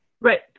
Right